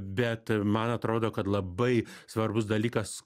bet man atrodo kad labai svarbus dalykas